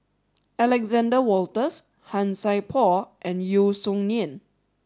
Alexander Wolters Han Sai Por and Yeo Song Nian